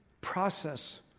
process